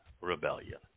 rebellion